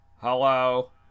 Hello